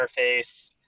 interface